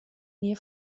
nähe